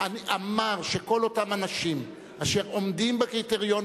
הוא אמר שכל אותם אנשים אשר עומדים בקריטריון